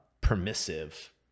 permissive